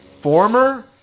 Former